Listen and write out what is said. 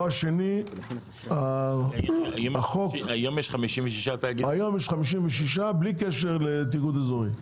יש 56 בלי קשר לתאגוד אזורי,